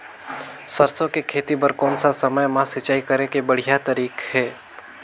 सरसो के खेती बार कोन सा समय मां सिंचाई करे के बढ़िया तारीक हे?